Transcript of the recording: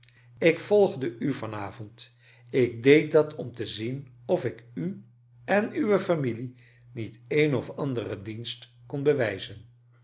ik volgde u van avond ik deed dat om te zien of ik u en uwe familie niet een of anderen dienst kon bewijzen